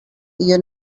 you